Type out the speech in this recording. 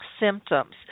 symptoms